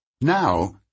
Now